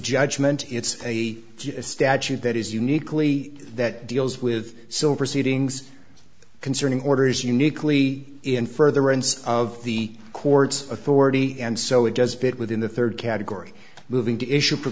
judgment it's a statute that is uniquely that deals with silver seatings concerning orders uniquely in furtherance of the court's authority and so it does fit within the third category moving to issue